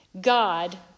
God